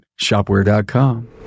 Shopware.com